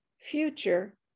future